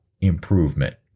improvement